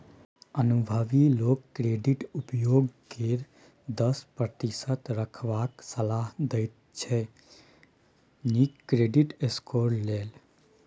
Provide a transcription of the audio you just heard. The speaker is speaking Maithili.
अनुभबी लोक क्रेडिट उपयोग केँ दस प्रतिशत रखबाक सलाह देते छै नीक क्रेडिट स्कोर लेल